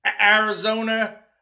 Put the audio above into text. Arizona